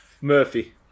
Murphy